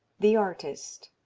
the artist